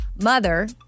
mother